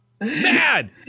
Mad